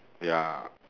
ya